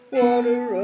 water